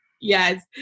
yes